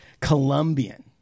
Colombian